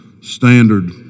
standard